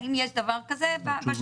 האם יש דבר כזה בשב"ס?